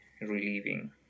relieving